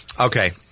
Okay